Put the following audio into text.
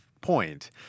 point